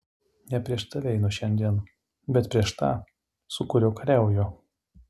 ne prieš tave einu šiandien bet prieš tą su kuriuo kariauju